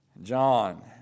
John